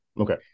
Okay